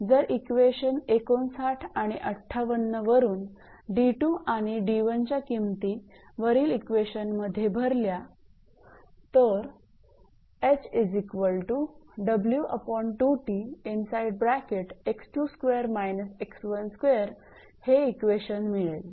आता जर इक्वेशन 59 आणि 58 वरून 𝑑2 आणि 𝑑1 च्या किमती वरील इक्वेशन मध्ये भरल्यास हे इक्वेशन मिळेल